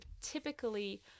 typically